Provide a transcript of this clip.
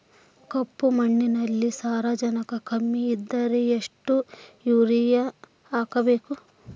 ಕಪ್ಪು ಮಣ್ಣಿನಲ್ಲಿ ಸಾರಜನಕ ಕಮ್ಮಿ ಇದ್ದರೆ ಎಷ್ಟು ಯೂರಿಯಾ ಹಾಕಬೇಕು?